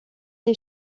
les